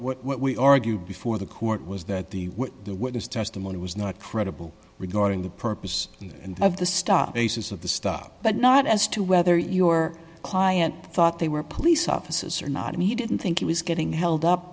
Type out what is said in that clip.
rt what we argued before the court was that the the witness testimony was not credible regarding the purpose of the stop basis of the stop but not as to whether your client thought they were police officers or not and he didn't think he was getting held up